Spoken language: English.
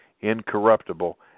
incorruptible